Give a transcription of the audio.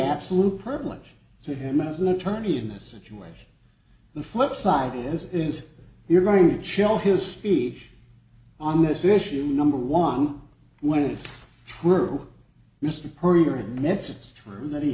absolute privilege to him as an attorney in this situation the flip side of this is you're going to show his speech on this issue number one when it's true mr